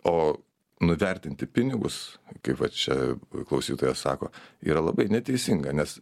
o nuvertinti pinigus kaip va čia klausytojas sako yra labai neteisinga nes